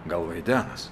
gal vaidenasi